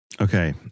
Okay